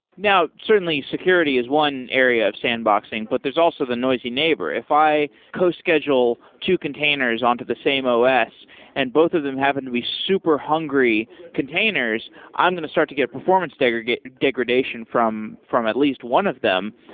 now, certainly security is one area of sandboxing, but there's also the noisy neighbor. if i co-schedule two containers on to the same os and both of them happen to be super hungry containers, i'm going to start to get performance degradation degradation from from at least one of them.